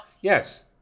Yes